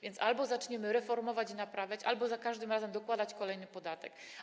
Więc albo zaczniemy reformować i naprawiać, albo za każdym razem trzeba będzie nakładać kolejny podatek.